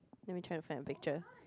let me try to find a picture